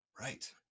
Right